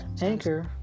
Anchor